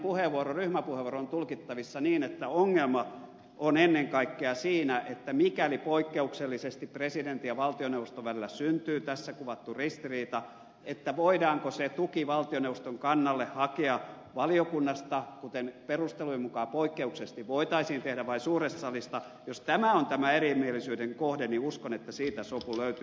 södermanin ryhmäpuheenvuoro on tulkittavissa niin että ongelma on ennen kaikkea siinä että mikäli poikkeuksellisesti presidentin ja valtioneuvoston välillä syntyy tässä kuvattu ristiriita voidaanko se tuki valtioneuvoston kannalle hakea valiokunnasta kuten perustelujen mukaan poikkeuksellisesti voitaisiin tehdä vai suuresta salista jos tämä on tämä erimielisyyden kohde niin uskon että siitä sopu löytyy